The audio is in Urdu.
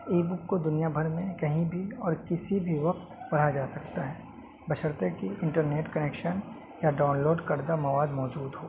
ای بک کو دنیا بھر میں کہیں بھی اور کسی بھی وقت پڑھا جا سکتا ہے بشرطیکہ انٹرنیٹ کنیکشن یا ڈاؤنلوڈ کردہ مواد موجود ہو